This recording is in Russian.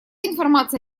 информация